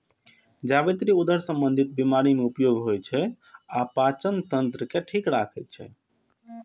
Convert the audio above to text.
जावित्री उदर संबंधी बीमारी मे उपयोग होइ छै आ पाचन तंत्र के ठीक राखै छै